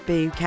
Boo